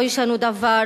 לא ישנו דבר.